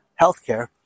Healthcare